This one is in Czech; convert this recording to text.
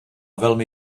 velmi